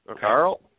Carl